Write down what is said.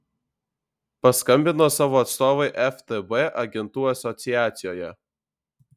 paskambino savo atstovui ftb agentų asociacijoje